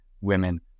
women